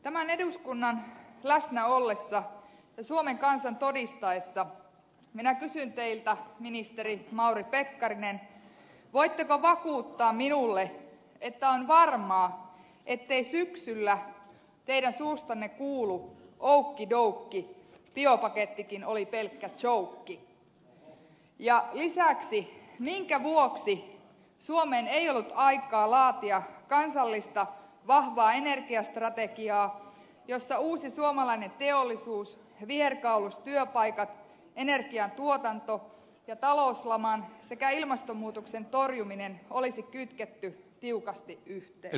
tämän eduskunnan läsnä ollessa ja suomen kansan todistaessa minä kysyn teiltä ministeri mauri pekkarinen voitteko vakuuttaa minulle että on varmaa ettei syksyllä teidän suustanne kuulu oukki doukki biopakettikin oli pelkkä tsoukki ja lisäksi minkä vuoksi suomeen ei ollut aikaa laatia kansallista vahvaa energiastrategiaa jossa uusi suomalainen teollisuus viherkaulustyöpaikat energiantuotanto ja talouslaman sekä ilmastonmuutoksen torjuminen olisi kytketty tiukasti yhteen